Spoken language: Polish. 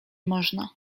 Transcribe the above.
można